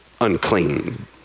unclean